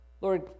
Lord